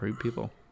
people